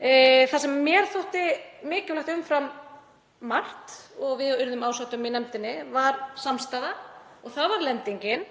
Það sem mér þótti mikilvægt umfram margt og við urðum ásátt um í nefndinni var samstaða og það var lendingin.